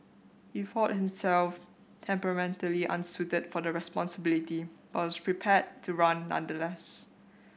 he thought himself temperamentally unsuited for the responsibility but was prepared to run nonetheless